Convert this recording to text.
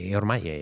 ormai